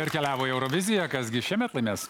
ir keliavo į euroviziją kas gi šiemet laimės